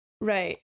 Right